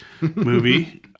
movie